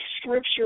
Scripture